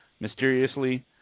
mysteriously